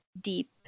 deep